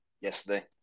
yesterday